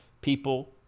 people